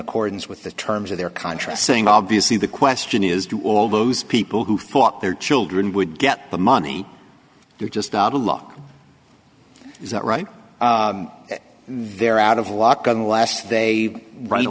accordance with the terms of their contre saying obviously the question is do all those people who thought their children would get the money they're just out of luck is that right they're out of lock on last they run